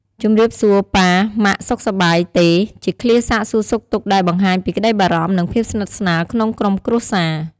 ជំរាបសួរប៉ា ម៉ាក់ សុខសប្បាយទេ? ជាឃ្លាសាកសួរសុខទុក្ខដែលបង្ហាញពីក្ដីបារម្ភ និងភាពស្និទ្ធស្នាលក្នុងក្រុមគ្រួសារ។